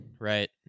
right